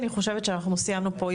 אני חושבת שאנחנו סיימנו פה.